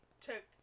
took